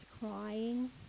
crying